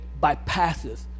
bypasses